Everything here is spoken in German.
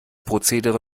prozedere